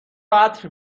عطر